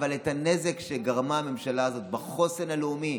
אבל את הנזק שגרמה הממשלה הזאת בחוסן הלאומי,